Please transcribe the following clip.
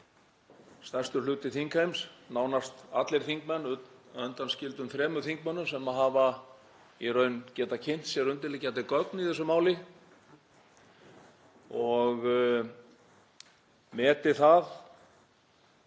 stærstur hluti þingheims, nánast allir þingmenn — að undanskildum þremur þingmönnum sem hafa í raun getað kynnt sér undirliggjandi gögn í þessu máli og metið